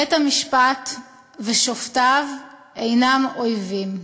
בית-המשפט ושופטיו אינם אויבים.